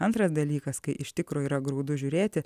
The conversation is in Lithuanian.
antras dalykas kai iš tikro yra graudu žiūrėti